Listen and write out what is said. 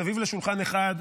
מסביב לשולחן אחד,